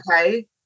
Okay